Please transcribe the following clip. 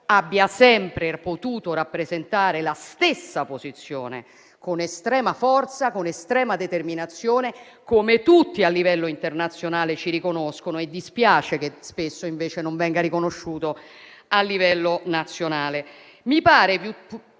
abbia sempre potuto rappresentare la stessa posizione con estrema forza e determinazione, come tutti a livello internazionale ci riconoscono e dispiace che spesso invece non venga riconosciuto a livello nazionale. Mi pare